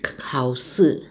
考试